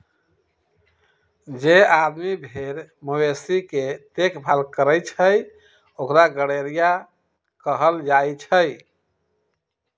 जे आदमी भेर मवेशी के देखभाल करई छई ओकरा गरेड़िया कहल जाई छई